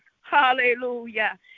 Hallelujah